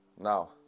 Now